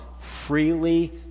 freely